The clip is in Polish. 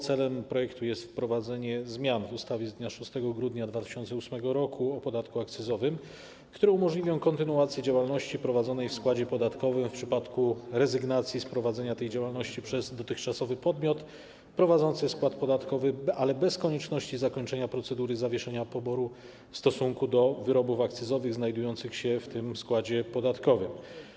Celem projektu jest wprowadzenie zmian w ustawie z dnia 6 grudnia 2008 r. o podatku akcyzowym, które umożliwią kontynuację działalności prowadzonej w składzie podatkowym w przypadku rezygnacji z prowadzenia tej działalności przez dotychczasowy podmiot prowadzący skład podatkowy, ale bez konieczności zakończenia procedury zawieszenia poboru w stosunku do wyrobów akcyzowych znajdujących się w tym składzie podatkowym.